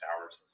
hours